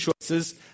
choices